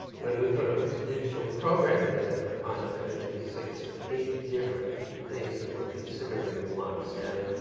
when we put a digital program together for a client, there may be six or eight different things that we're considering at once. and